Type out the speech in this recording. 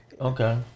Okay